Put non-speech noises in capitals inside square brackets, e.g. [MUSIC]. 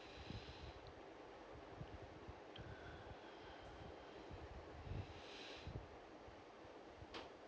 [BREATH]